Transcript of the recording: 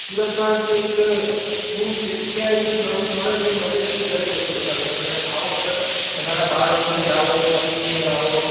સુરતમાં કઈક શું જગ્યાએ શું નવું મળે છે બને છે તે દરેક વસ્તુ બતાવીશ તમે આવો સર તમારા બાળકોને લાવો પત્નીને લાવો